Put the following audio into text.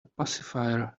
pacifier